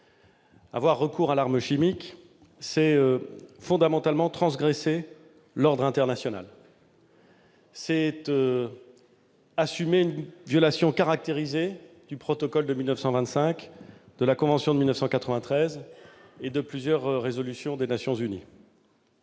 Avoir recours à l'arme chimique, c'est fondamentalement transgresser l'ordre international ; c'est assumer une violation caractérisée du protocole de 1925, de la convention de 1993 et de plusieurs résolutions des Nations unies.